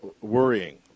worrying